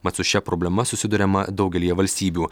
mat su šia problema susiduriama daugelyje valstybių